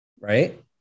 right